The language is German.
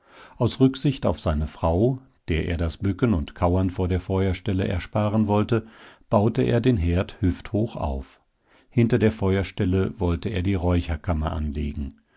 aus rücksicht auf seine frau der er das bücken und kauern vor der feuerstelle ersparen wollte baute er den herd hüfthoch auf hinter der feuerstelle wollte er die räucherkammer anlegen